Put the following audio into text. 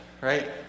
right